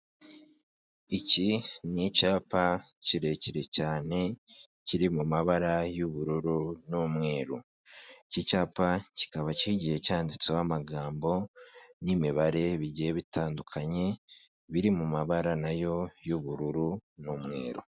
Iki ni icyapa kirekire cyane kiri mu mabara y'ubururu n'umweru. Iki cyapa kikaba kigiye cyanditseho amagambo n'imibare bigiye bitandukanye biri mu mabara nayo y'ubururu n'umweru.